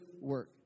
work